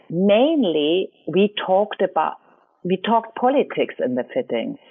mainly we talked about we talked politics in the fittings.